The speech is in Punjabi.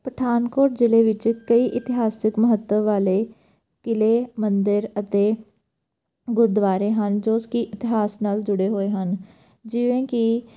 ਪਠਾਨਕੋਟ ਜ਼ਿਲ੍ਹੇ ਵਿੱਚ ਕਈ ਇਤਿਹਾਸਿਕ ਮਹੱਤਵ ਵਾਲੇ ਕਿਲੇ ਮੰਦਰ ਅਤੇ ਗੁਰਦੁਆਰੇ ਹਨ ਜੋ ਕਿ ਇਤਿਹਾਸ ਨਾਲ ਜੁੜੇ ਹੋਏ ਹਨ ਜਿਵੇਂ ਕਿ